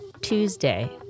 Tuesday